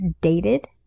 dated